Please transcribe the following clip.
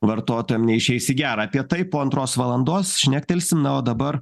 vartotojam neišeis į gera apie tai po antros valandos šnektelsim na o dabar